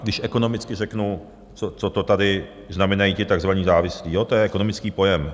Když ekonomicky řeknu, co to tady znamenají ti takzvaní závislí, to je ekonomický pojem.